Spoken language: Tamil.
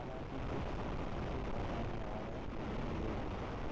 பாலாஜி ஃபுட்ஸ் பச்சைப் பட்டாணி ஆர்டர் எந்த நிலையில் உள்ளது